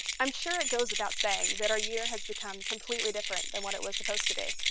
i'm sure it goes without saying that our year has become completely different than what it was supposed to be,